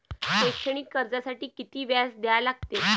शैक्षणिक कर्जासाठी किती व्याज द्या लागते?